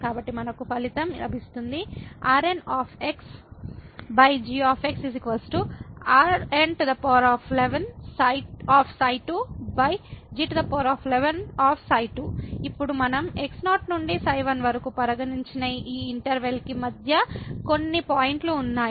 కాబట్టి మనకు ఫలితం లభిస్తుంది Rng Rn11ξ2g11ξ2 ఇప్పుడు మనం x0 నుండి ξ1 వరకు పరిగణించిన ఈ ఇంటర్వెల్ కి మధ్య కొన్ని పాయింట్లు ఉన్నాయి